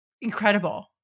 incredible